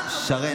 שם.